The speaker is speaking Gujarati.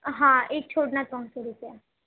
હા એક છોડના ત્રણસો રૂપિયા